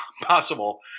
possible